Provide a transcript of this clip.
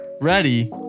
Ready